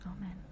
Amen